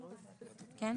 כן?